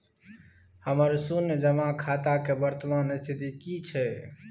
हमर शुन्य जमा खाता के वर्तमान स्थिति की छै?